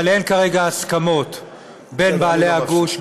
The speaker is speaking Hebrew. אבל אין כרגע הסכמות בין בעלי הגוש,